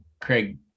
Craig